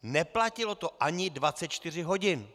Neplatilo to ani 24 hodin.